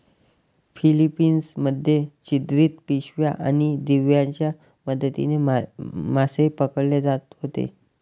Philippines मध्ये छिद्रित पिशव्या आणि दिव्यांच्या मदतीने मासे पकडले जात होते